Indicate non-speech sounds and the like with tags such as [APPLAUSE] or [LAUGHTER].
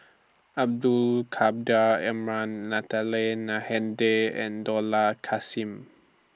Abdul [UNINTELLIGIBLE] Natalie Na Hennedige and Dollah Kassim